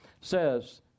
says